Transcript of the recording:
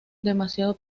demasiado